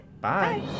Bye